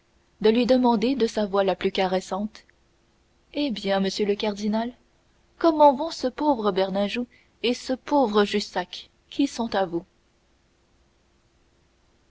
de lui demander de sa voix la plus caressante eh bien monsieur le cardinal comment vont ce pauvre bernajoux et ce pauvre jussac qui sont à vous